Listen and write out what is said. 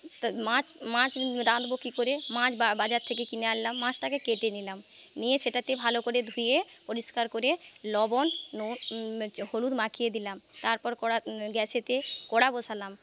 মাছ মাছ রাঁধবো কী করে মাছ বাজার থেকে কিনে আনলাম মাছটাকে কেটে নিলাম নিয়ে সেটাতে ভালো করে ধুয়ে পরিষ্কার করে লবণ নুন হলুদ মাখিয়ে দিলাম তারপর কড়া গ্যাসেতে কড়া বসালাম